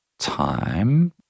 time